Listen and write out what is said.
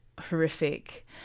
horrific